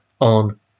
on